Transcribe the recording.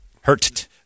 Hurt